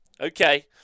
Okay